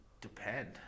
depend